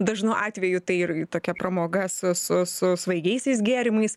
dažnu atveju tai ir tokia pramoga su su su svaigiaisiais gėrimais